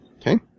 Okay